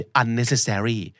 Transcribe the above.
unnecessary